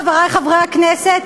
חברי חברי הכנסת,